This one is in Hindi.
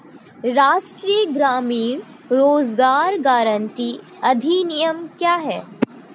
राष्ट्रीय ग्रामीण रोज़गार गारंटी अधिनियम क्या है?